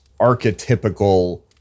archetypical